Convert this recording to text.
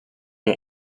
der